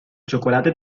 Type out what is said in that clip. chocolate